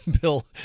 Bill